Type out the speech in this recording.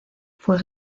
fue